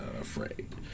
afraid